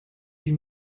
you